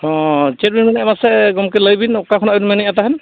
ᱦᱮᱸ ᱪᱮᱫ ᱵᱤᱱ ᱢᱮᱱᱮᱜᱼᱟ ᱢᱟᱥᱮ ᱜᱚᱢᱠᱮ ᱞᱟᱹᱭ ᱵᱤᱱ ᱚᱠᱟ ᱠᱷᱚᱱᱟᱜ ᱵᱤᱱ ᱢᱮᱱᱮᱜᱼᱟ ᱛᱟᱦᱮᱱ